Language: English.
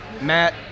Matt